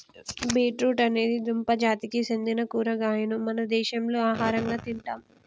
beet root అనేది దుంప జాతికి సెందిన కూరగాయను మన దేశంలో ఆహరంగా తింటాం